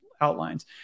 outlines